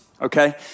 Okay